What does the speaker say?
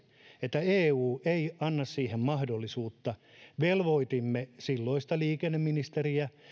että eu ei anna siihen mahdollisuutta velvoitimme silloista liikenneministeriä